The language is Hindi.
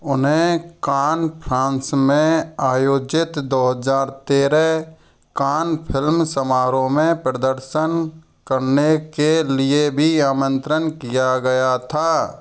उन्हें कान फ़्रांस में आयोजित दो हज़ार तेरह कान फ़िल्म समारोह में प्रदर्शन करने के लिए भी आमंत्रन किया गया था